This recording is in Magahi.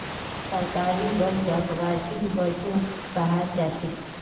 सरकारी बजटक वार्षिक बजटो कहाल जाछेक